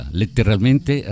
letteralmente